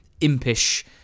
impish